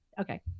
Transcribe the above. okay